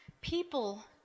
People